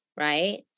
right